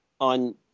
On